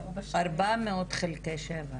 400 חלקי שבע.